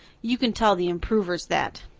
you can tell the improvers that.